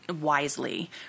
wisely